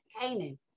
Canaan